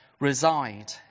reside